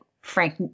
Frank